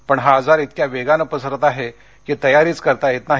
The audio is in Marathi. पण हा आजार इतक्या वेगानं पसरत आहे की तयारीच करता येत नाही